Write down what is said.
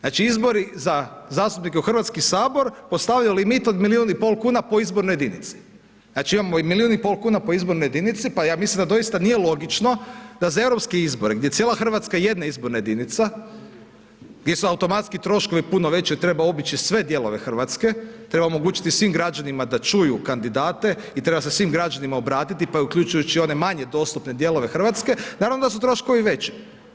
Znači izbori za zastupnike u Hrvatski sabor postavljaju limit od milion i pol kuna po izbornoj jedinici, znači imamo 1,5 milion kuna po izbornoj jedinici pa ja mislim da doista nije logično da za europske izbore gdje je cijela Hrvatska jedna izborna jedinica, gdje su automatski troškovi puno veći jer treba obići sve dijelove Hrvatske, treba omogućiti svim građanima da čuju kandidate i treba se svim građanima obratiti, pa uključujući i one manje dostupne dijelove Hrvatske, naravno da su troškovi veći.